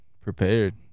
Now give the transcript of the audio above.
prepared